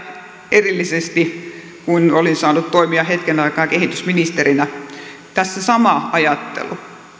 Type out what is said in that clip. erillisesti kun olin saanut toimia hetken aikaa kehitysministerinä tässä sama ajattelu